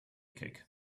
kick